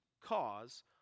cause